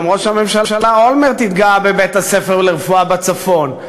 גם ראש הממשלה אולמרט התגאה בבית-הספר לרפואה בצפון.